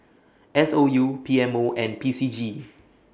S O U P M O and P C G